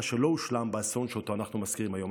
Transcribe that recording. שלא הושלם באסון שאנחנו מזכירים היום.